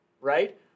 right